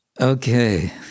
Okay